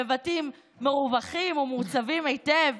בבתים מרווחים ומעוצבים היטב,